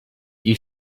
you